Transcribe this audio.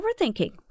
overthinking